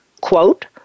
Quote